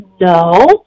no